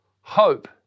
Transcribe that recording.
Hope